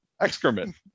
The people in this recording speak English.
excrement